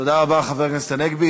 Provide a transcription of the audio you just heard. תודה רבה, חבר הכנסת הנגבי.